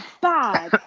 bad